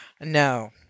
No